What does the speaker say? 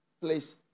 place